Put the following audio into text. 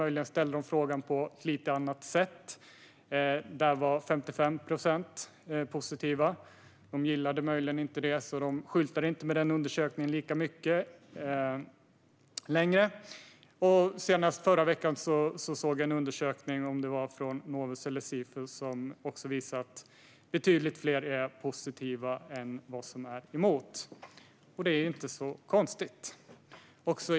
Möjligen ställde de frågan på lite annat sätt. Där var 55 procent positiva. Svenskt Flyg gillade kanske inte det, så de skyltade inte med den undersökningen så mycket. Senast i förra veckan såg jag en undersökning från Novus eller Sifo som också visade att det är betydligt fler som är positiva än som är emot skatten. Det är inte så konstigt.